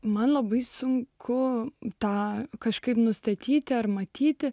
man labai sunku tą kažkaip nustatyti ar matyti